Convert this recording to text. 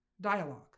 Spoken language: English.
dialogue